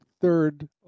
third